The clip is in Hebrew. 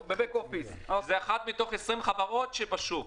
אחת מתוך 20 החברות שבשוק.